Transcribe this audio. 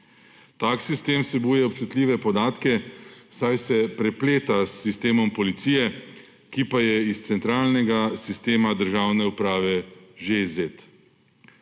Tak sistem vsebuje občutljive podatke, saj se prepleta s sistemom policije, ki pa je iz centralnega sistema državne uprave že izvzet.